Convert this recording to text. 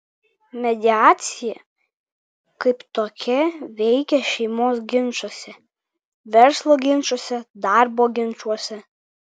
mediacija kaip tokia veikia šeimos ginčuose verslo ginčuose darbo ginčuose